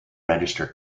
register